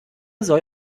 soll